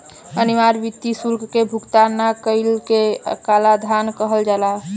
अनिवार्य वित्तीय शुल्क के भुगतान ना कईला के कालाधान कहल जाला